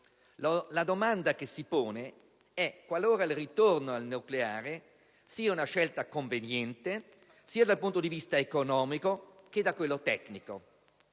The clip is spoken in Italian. la domanda che si pone è se il ritorno al nucleare sia una scelta conveniente sia dal punto di vista economico, che da quello tecnico.